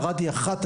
ערד היא אחת,